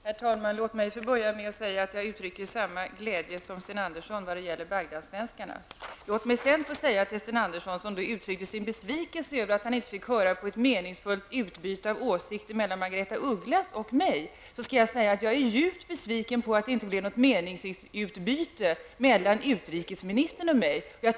Herr talman! Låt mig få börja med att säga att jag uttrycker samma glädje som Sten Andersson när det gällder Bagdadsvenskarna. Låt mig också få säga till Sten Andersson, som uttryckte sin besvikelse över att han inte fick höra på ett meningsutbyte över mellan Margaretha af Ugglas och mig, att jag är djupt besviken över att det inte blev något meningsutbyte mellan utrikesministern och mig.